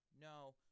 no